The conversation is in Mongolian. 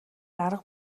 арга